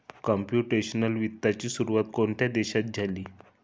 Computational वित्ताची सुरुवात कोणत्या देशात झाली?